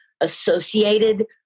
associated